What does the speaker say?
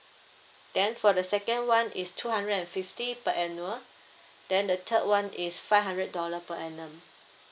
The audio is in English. then for the second one is two hundred and fifty per annual then the third one is five hundred dollar per annum